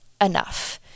enough